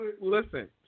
Listen